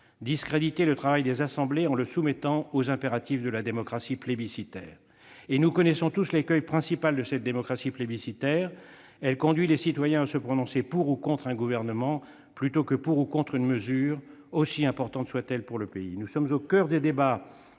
discréditer le travail des assemblées en le soumettant aux impératifs de la démocratie plébiscitaire. Et nous connaissons tous l'écueil principal de cette démocratie plébiscitaire : elle conduit les citoyens à se prononcer pour ou contre un gouvernement plutôt que pour ou contre une mesure, aussi importante soit-elle pour le pays. Bien sûr ! Nous sommes au coeur des débats